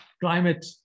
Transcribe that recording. climate